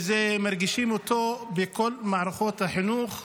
ומרגישים אותו בכל מערכות החינוך,